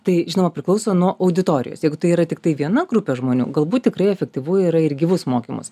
tai žinoma priklauso nuo auditorijos jeigu tai yra tiktai viena grupė žmonių galbūt tikrai efektyvu yra ir gyvus mokymus